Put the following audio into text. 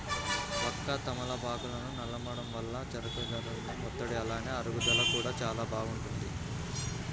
వక్క, తమలపాకులను నమలడం వల్ల చురుకుదనం వత్తది, అలానే అరుగుదల కూడా చానా బాగుంటది